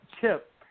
Chip